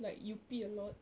like you pee a lot